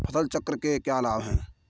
फसल चक्र के क्या लाभ हैं?